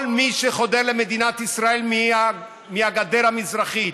כל מי שחודר למדינת ישראל מהגדר המזרחית,